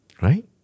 Right